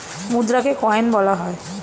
মুদ্রাকে coin বলা হয়